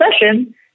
session